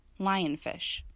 lionfish